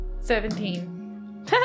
Seventeen